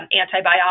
antibiotics